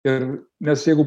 ir nes jeigu